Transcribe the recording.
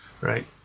Right